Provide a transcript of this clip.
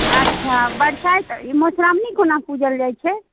अच्छा बरसाइत ई मदुश्राओणी कोना पूजल जाइत छै